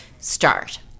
start